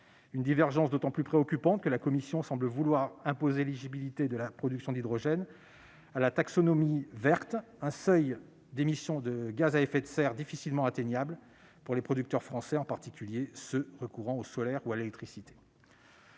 Cette divergence est d'autant plus préoccupante que la Commission semble vouloir imposer l'éligibilité de la production d'hydrogène à la taxonomie verte, un seuil d'émissions de gaz à effets de serre difficilement atteignable pour les producteurs français, en particulier ceux qui recourent au solaire ou à l'électricité.